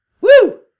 Woo